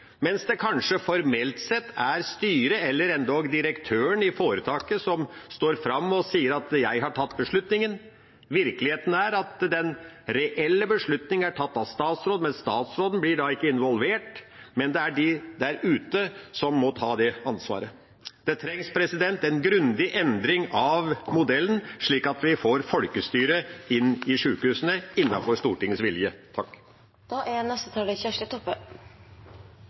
mens det kanskje formelt sett er styret eller endog direktøren i foretaket som står fram og sier: Jeg har tatt beslutningen. Virkeligheten er at den reelle beslutningen er tatt av statsråden, men statsråden blir da ikke involvert – det er de der ute som må ta det ansvaret. Det trengs en grundig endring av modellen, slik at vi får folkestyre inn i sjukehusene, innenfor Stortingets vilje. Det er